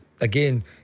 Again